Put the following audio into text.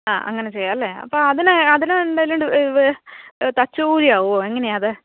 ആ അങ്ങനെ ചെയ്യാം അല്ലെ അപ്പോൾ അതിന് അതിനെന്തേലും ഈ ഇത് തച്ചു കൂലിയാവോ എങ്ങനെയാണ് അത്